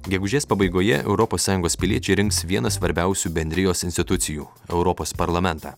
gegužės pabaigoje europos sąjungos piliečiai rinks vieną svarbiausių bendrijos institucijų europos parlamentą